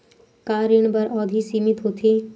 का ऋण बर अवधि सीमित होथे?